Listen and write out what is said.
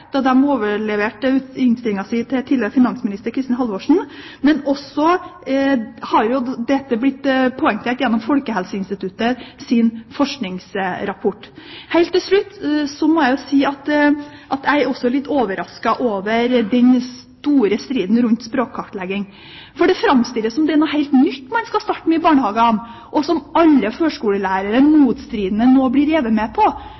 da de overleverte innstillingen sin til tidligere finansminister Kristin Halvorsen. Men dette har også blitt poengtert gjennom Folkehelseinstituttets forskningsrapport. Helt til slutt må jeg si at jeg er også litt overrasket over den store striden rundt språkkartlegging, for det framstilles som om det er noe helt nytt man skal starte med i barnehagene, og som alle førskolelærere motstridende blir revet med på.